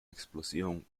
explosión